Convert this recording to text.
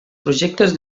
projectes